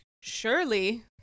surely